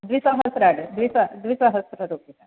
द्विसहस्राणि द्वि द्विसहस्ररूप्यकाणि